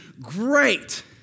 great